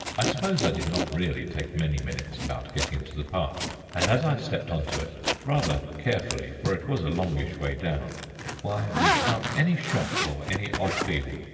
i suppose i did not really take many minutes about getting to the path and as i stepped on to it rather carefully, for it was a longish way down why, without any shock or any odd feeling,